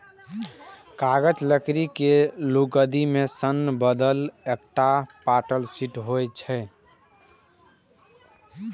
कागज लकड़ी के लुगदी सं बनल एकटा पातर शीट होइ छै